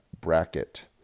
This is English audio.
bracket